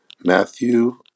Matthew